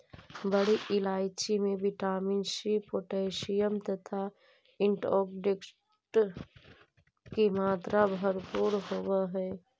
बड़ी इलायची में विटामिन सी पोटैशियम तथा एंटीऑक्सीडेंट की मात्रा भरपूर होवअ हई